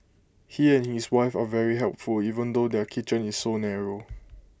he and his wife are very helpful even though their kitchen is so narrow